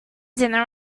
dinner